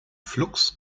flux